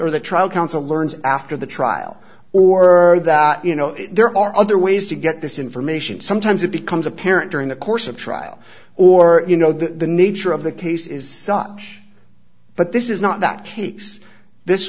or the trial counsel learns after the trial or you know there are other ways to get this information sometimes it becomes apparent during the course of trial or you know the nature of the case is such but this is not that